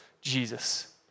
Jesus